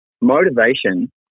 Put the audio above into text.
motivation